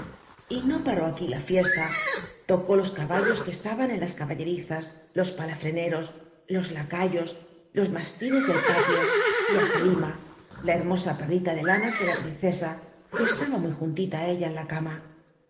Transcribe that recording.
y no paró aquí la licsla tocó los caballos que c lahnn en la caballerizas los palafrencros los iu il o los rnaslim del palio r á zclima la hcrmo a pl'itila de lanas de la princc a c uc estaba muy jnnlíla ú ella en la cama